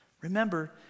Remember